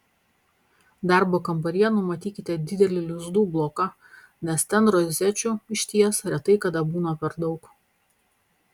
darbo kambaryje numatykite didelį lizdų bloką nes ten rozečių išties retai kada būna per daug